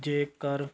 ਜੇਕਰ